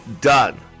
done